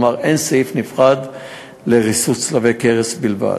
כלומר, אין סעיף נפרד לריסוס צלבי קרס בלבד.